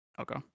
Okay